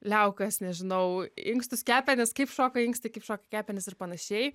liaukas nežinau inkstus kepenis kaip šoka inkstai kaip šoka kepenys ir panašiai